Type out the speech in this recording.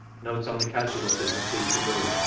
note on the casualties at peterloo.